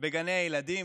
בגני הילדים,